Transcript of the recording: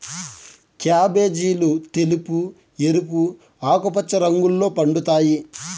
క్యాబేజీలు తెలుపు, ఎరుపు, ఆకుపచ్చ రంగుల్లో పండుతాయి